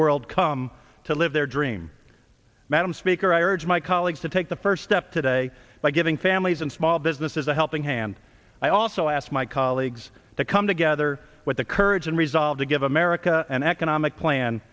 world come to live their dream madam speaker i urge my colleagues to take the first step today by giving families and small businesses a helping hand i also ask my colleagues to come together with the courage and resolve to give america an economic plan